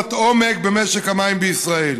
רפורמת עומק במשק המים בישראל.